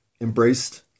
embraced